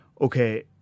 okay